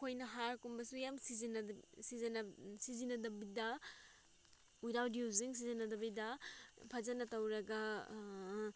ꯑꯩꯈꯣꯏꯅ ꯍꯥꯔꯀꯨꯝꯕꯁꯨ ꯌꯥꯝ ꯁꯤꯖꯤꯟꯅꯗꯕꯤꯗ ꯋꯤꯗꯥꯎꯠ ꯌꯨꯖꯤꯡ ꯁꯤꯖꯤꯟꯅꯗꯕꯤꯗ ꯐꯖꯅ ꯇꯧꯔꯒ